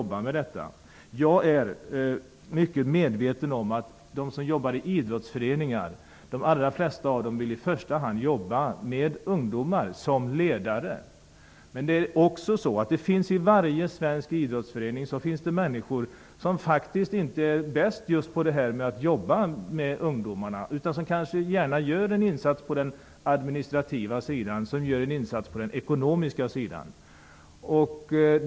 Jag är mycket medveten om att de flesta som jobbar i idrottsföreningar i första hand vill jobba som ledare för ungdomar. Men det finns i varje svensk idrottsförening människor som faktiskt inte är bäst på att jobba med ungdomar. De kanske gärna gör en insats på den administrativa eller ekonomiska sidan.